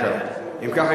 אם ככה,